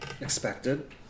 expected